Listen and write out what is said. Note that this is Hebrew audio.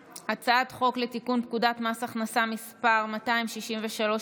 לתיקון פקודת מס הכנסה (מס' 263),